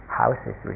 houses